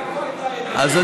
כשהקימו את המדינה,